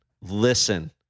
listen